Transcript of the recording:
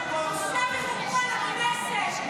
את בושה וחרפה לכנסת.